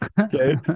Okay